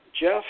Jeff